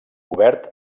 cobert